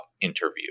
interview